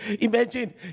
imagine